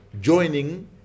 Joining